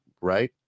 right